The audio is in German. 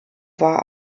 war